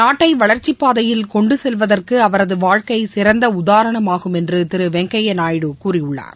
நாட்டை வளர்ச்சிப் பாதையில் கொண்டு செல்வதற்கு அவரது வாழ்க்கை சிறந்த உதாரணமாகும் என்று திரு வெஙகையா நாயுடு கூறியுள்ளார்